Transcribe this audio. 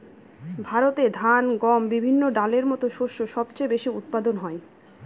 ভারতে ধান, গম, বিভিন্ন ডালের মত শস্য সবচেয়ে বেশি উৎপাদন হয়